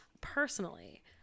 personally